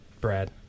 Brad